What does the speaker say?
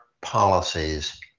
policies